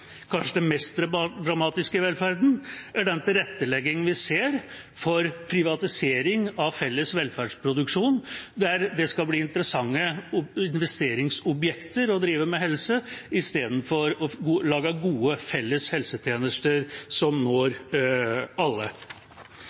Kanskje det mest dramatiske i velferden er den tilrettelegging vi ser for privatisering av felles velferdsproduksjon, der det skal bli interessante investeringsobjekter å drive med helse, istedenfor å lage gode felles helsetjenester som når alle.